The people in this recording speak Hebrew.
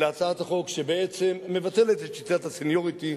להצעת החוק שבעצם מבטלת את שיטת הסניוריטי,